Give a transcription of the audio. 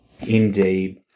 Indeed